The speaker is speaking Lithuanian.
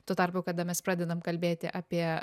tuo tarpu kada mes pradedam kalbėti apie